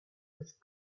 with